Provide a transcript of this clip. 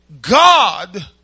God